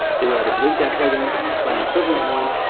then we either delete that plugin, find an equivalent one,